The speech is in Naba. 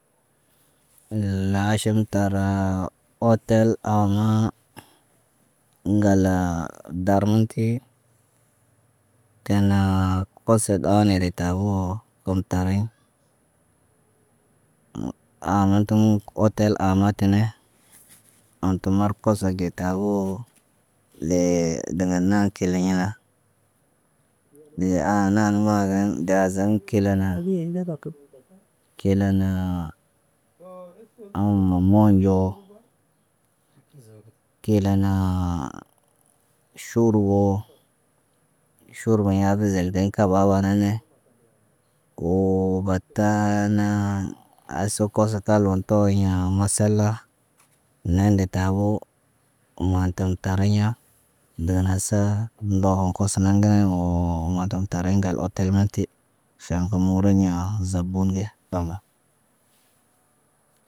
Unde laaʃeen tara el tel aamuun. Ŋgall dar muti tenaa koso ɗaŋg ne re tabuu kem tariɲ. maltə mul otel aa maatene. An tu markoso de tabuu. Dee degen na kileɲana woo aana ŋga gen daazen kilena. Kile naa aa ma moonɟo, kile naa, ʃood boo ʃorba yabeze iden kaɓala na ɲe. Woo batann asokoso talon too hiɲa mə sala nen nde taboo. Maa tən taraɲa ndon hasa, ndohoŋg koso na ndoŋg woo matam tariɲ ŋgal otel ne ti. Fam kə moreɲaa zabun ge ala.